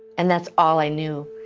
and that's all i knew.